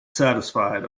satisfied